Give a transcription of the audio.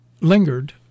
lingered